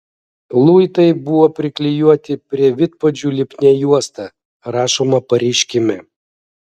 luitai buvo priklijuoti prie vidpadžių lipnia juosta rašoma pareiškime